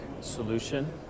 solution